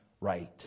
right